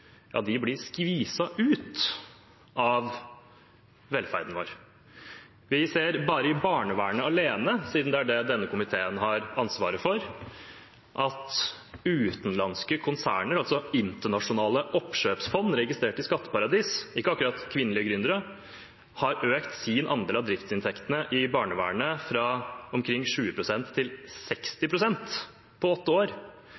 blir skviset ut av velferden vår. Vi ser bare i barnevernet alene, siden det er det denne komiteen har ansvaret for, at utenlandske konsern, altså internasjonale oppkjøpsfond registrert i skatteparadis – ikke akkurat kvinnelige gründere – har økt sin andel av driftsinntektene i barnevernet fra omkring 20 pst. til 60 pst. på åtte år.